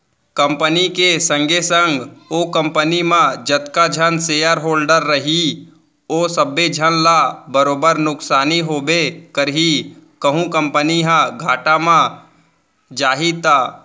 company के संगे संग ओ कंपनी म जतका झन सेयर होल्डर रइही ओ सबे झन ल बरोबर नुकसानी होबे करही कहूं कंपनी ह घाटा म जाही त